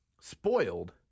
spoiled